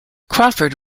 crawford